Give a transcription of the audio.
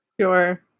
Sure